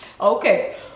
Okay